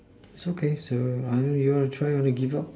so can so either you want to try or give up